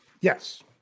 Yes